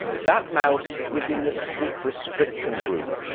that mouse was in the sleep restriction group,